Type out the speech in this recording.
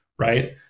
Right